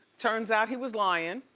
turns out he was lying.